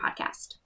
podcast